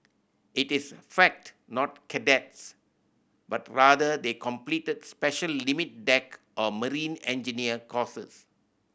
it is fact not cadets but rather they completed special limit deck or marine engineer courses